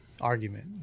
argument